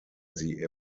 sie